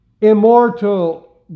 immortal